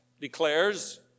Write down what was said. declares